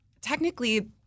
technically